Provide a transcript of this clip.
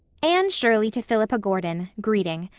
anne shirley to philippa gordon, greeting.